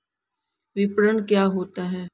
विपणन क्या होता है?